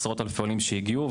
עשרות אלפי עולים שהגיעו,